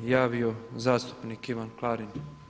javio zastupnik Ivan Klarin.